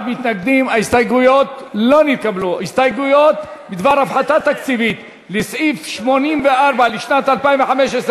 הסתייגויות בדבר הפחתה תקציבית לסעיף 84 לשנת 2015,